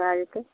भए जेतै